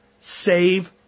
Save